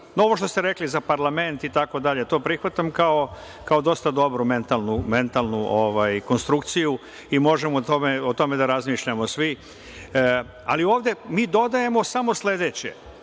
ovo što ste rekli za parlament itd. to prihvatam kao dosta dobro mentalnu konstrukciju i možemo o tome da razmišljamo svi. Ali, ovde mi dodajemo samo sledeće,